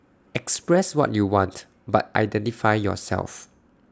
express what you want but identify yourself